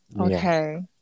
okay